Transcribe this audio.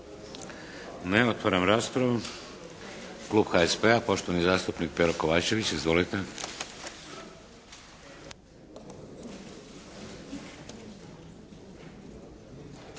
Ne. Otvaram raspravu. Klub HSP-a, poštovani zastupnik Pero Kovačević. Izvolite.